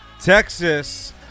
Texas